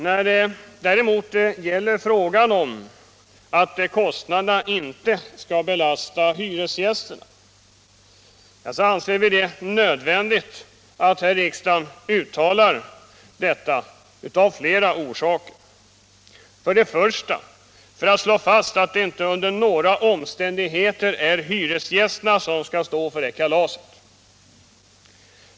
När det gäller frågan om att kostnaderna inte skall belasta hyresgästerna anser vi det av flera skäl nödvändigt med ett uttalande av riksdagen. För det första för att slå fast att det under inga omständigheter är hyresgästerna som skall stå för kalaset.